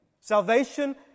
Salvation